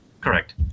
Correct